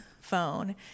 phone